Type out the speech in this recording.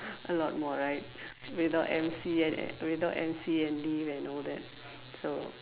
a lot more right without M_C and and without M_C and leave and all that so